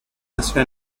nació